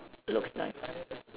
looks like